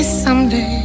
someday